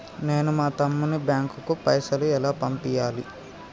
నేను మా తమ్ముని బ్యాంకుకు పైసలు ఎలా పంపియ్యాలి?